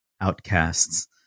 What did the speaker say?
outcasts